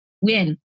win